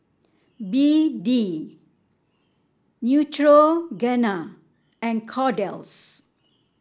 B D Neutrogena and Kordel's